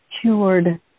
cured